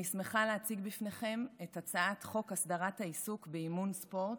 אני שמחה להציג בפניכם את הצעת חוק הסדרת העיסוק באימון ספורט,